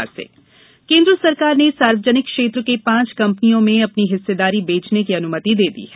cabinet विनिवेश केन्द्र सरकार ने सार्वजनिक क्षेत्र के पांच कंपनियों में अपनी हिस्सेदारी बेचने की अनुमति दे दी है